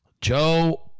Joe